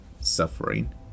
suffering